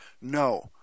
No